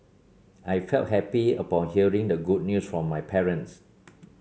I felt happy upon hearing the good news from my parents